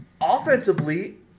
Offensively